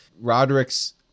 Roderick's